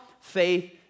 faith